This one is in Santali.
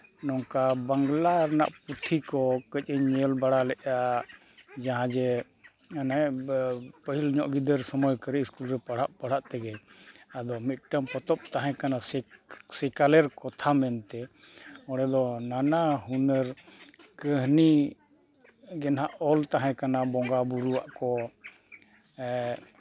ᱱᱚᱝᱠᱟ ᱵᱟᱝᱞᱟ ᱨᱮᱱᱟᱜ ᱯᱩᱛᱷᱤ ᱠᱚ ᱠᱟᱹᱡ ᱤᱧ ᱧᱮᱞ ᱵᱟᱲᱟ ᱞᱮᱫᱼᱟ ᱡᱟᱦᱟᱸ ᱡᱮ ᱚᱱᱮ ᱯᱟᱹᱦᱤᱞ ᱧᱚᱜ ᱥᱚᱢᱚᱭ ᱵᱤᱫᱟᱹᱞ ᱠᱚᱨᱮ ᱥᱠᱩᱞ ᱨᱮ ᱯᱟᱲᱦᱟᱜ ᱯᱟᱲᱦᱟᱜ ᱛᱮᱜᱮ ᱟᱫᱚ ᱢᱤᱫᱴᱟᱝ ᱯᱚᱛᱚᱵ ᱛᱟᱦᱮᱸ ᱠᱟᱱᱟ ᱥᱮᱠ ᱥᱮᱠᱟᱞᱮᱨ ᱠᱚᱛᱷᱟ ᱢᱮᱱᱛᱮ ᱚᱸᱰᱮ ᱫᱚ ᱱᱟᱱᱟ ᱦᱩᱱᱟᱹᱨ ᱠᱟᱹᱦᱱᱤ ᱜᱮ ᱦᱟᱸᱜ ᱚᱞ ᱛᱟᱦᱮᱸ ᱠᱟᱱᱟ ᱵᱚᱸᱜᱟ ᱵᱳᱨᱳᱣᱟᱜ ᱠᱚ